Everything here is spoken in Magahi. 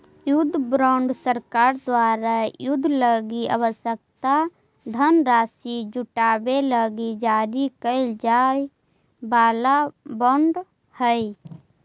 युद्ध बॉन्ड सरकार द्वारा युद्ध लगी आवश्यक धनराशि जुटावे लगी जारी कैल जाए वाला बॉन्ड हइ